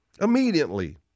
Immediately